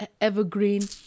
evergreen